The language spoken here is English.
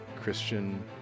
Christian